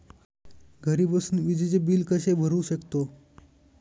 घरी बसून विजेचे बिल कसे भरू शकतो?